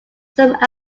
some